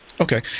Okay